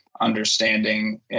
understanding